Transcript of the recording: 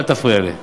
אל תפריע לי.